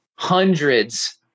Hundreds